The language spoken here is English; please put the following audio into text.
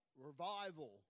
revival